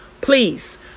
please